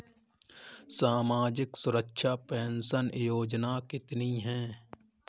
सामाजिक सुरक्षा पेंशन योजना कितनी हैं?